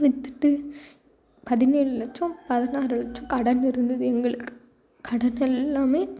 வித்துட்டு பதினேழு லட்சம் பதினாறு லட்சம் கடன் இருந்தது எங்களுக்கு கடன் எல்லாம்